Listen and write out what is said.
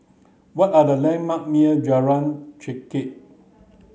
what are the landmark near Jalan Chengkek